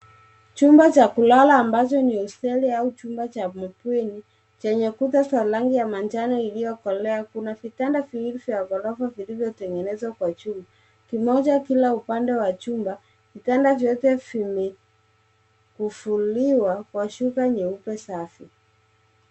Chumba cha kulala ambacho ni hosteli au chumba cha mabweni chenye kuta za rangi ya manjano iliyokolea. Kuna vitanda viwili vya ghorofa vilivyotengenezwa kwa chuma, kimoja kila upande wa chumba. Vitanda vyote vimefukiliwa kwa shuka nyeupe safi.